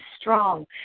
strong